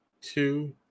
two